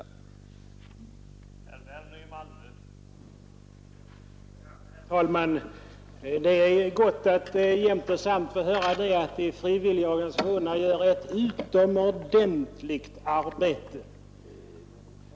av tjänsteförsändelser